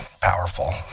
powerful